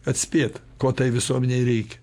atspėt ko tai visuomenei reikia